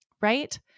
right